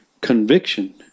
conviction